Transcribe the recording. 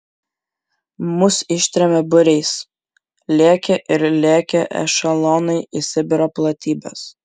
mus ištrėmė būriais lėkė ir lėkė ešelonai į sibiro platybes